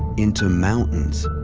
into mountains,